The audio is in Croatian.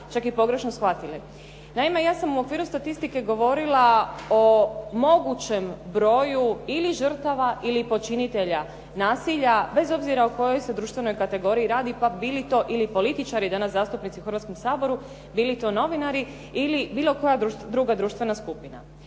čak i pogrešno shvatili. Naime, ja sam u okviru statistike govorila o mogućem broju ili žrtava ili počinitelja nasilja bez obzira o kojoj se društvenoj kategoriji radi, pa bili to i političari, danas zastupnici u Hrvatskom saboru, bili to novinari ili bilo koja druga društvena skupina.